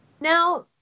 Now